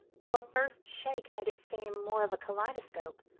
though a first shake made it seem more of a kaleidoscope,